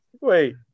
wait